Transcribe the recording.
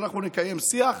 אבל אנחנו נקיים שיח.